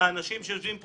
ואחד שיושבים פה